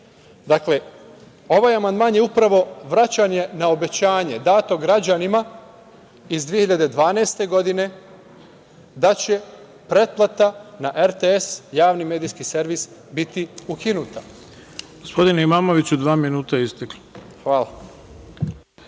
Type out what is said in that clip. Dakle, ovaj amandman je upravo vraćanje na obećanje dato građanima iz 2012. godine da će pretplata na RTS i javni medijski servis biti ukinuta. **Ivica Dačić** Gospodine Imamoviću, dva minuta je isteklo. Reč